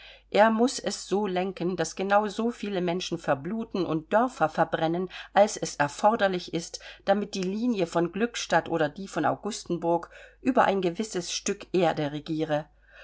er muß es so lenken daß genau so viele menschen verbluten und dörfer verbrennen als es erforderlich ist damit die linie von glückstadt oder die von augustenburg über ein gewisses stück erde regiere